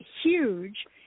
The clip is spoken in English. huge